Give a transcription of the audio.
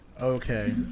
Okay